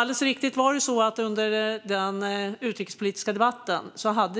Alldeles riktigt hade vi under den utrikespolitiska debatten